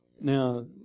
Now